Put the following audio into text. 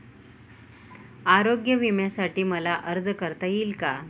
आरोग्य विम्यासाठी मला अर्ज करता येईल का?